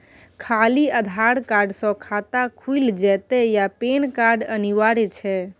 खाली आधार कार्ड स खाता खुईल जेतै या पेन कार्ड अनिवार्य छै?